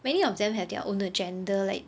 many of them have their own agenda like